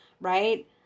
right